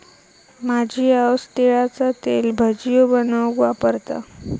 माझी आऊस तिळाचा तेल भजियो बनवूक वापरता